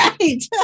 right